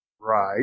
Right